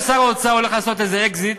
כנראה שר האוצר הולך לעשות איזה אקזיט,